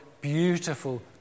beautiful